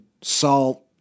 salt